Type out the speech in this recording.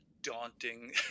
daunting